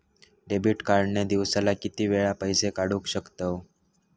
Debit card ने दिवसाला किती वेळा पैसे काढू शकतव?